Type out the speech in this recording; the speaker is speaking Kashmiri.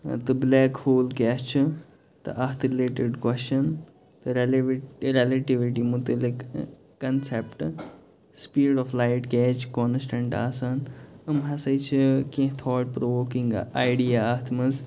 ٲں تہٕ بٕلیک ہول کیاہ چھُ تہٕ اَتھ رِلیٹِڈ کۄچھچَن تہٕ رِیٚلِوِ رَیٚلِٹِوٹی متعلق کَنسیٚپٹہٕ سِپیٖڈ آف لایِٹ کیازِ چھِ کانسٹیٚنٛٹہٕ آسان أمۍ ہسا چھِ کیٚنٛہہ تھاٹ پرٛووٗکِنٛگ ایڈیا اَتھ منٛز